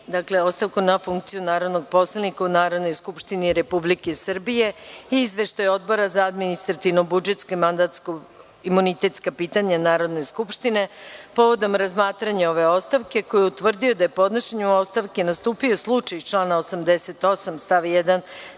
primili, ostavku na funkciju narodnog poslanika u Narodnoj skupštini Republike Srbije i izveštaj Odbora za administrativno-budžetska i mandatno-imunitetska pitanja Narodne skupštine povodom razmatranja ove ostavke, koji je utvrdio da je podnošenju ostavke nastupio slučaj iz člana 88. stav 1.